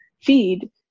feed